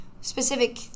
specific